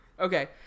Okay